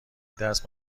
دست